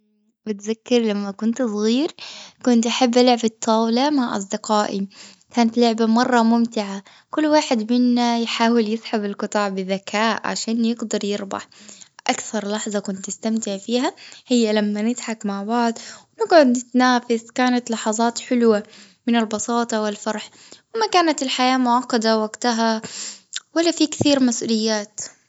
امم بتذكر لما كنت صغير كنت بحب ألعب الطاولة مع أصدقائي. كانت لعبة مرة ممتعة. كل واحد منا يحاول يسحب القطع بذكاء عشان يقدر يربح. أكثر لحظة كنت أستمتع فيها. هي لما نضحك مع بعض نقعد نتنافس كانت لحظات حلوة من البساطة والفرح. ما كانت الحياة معقدة وقتها. ولا في كثير مسؤوليات.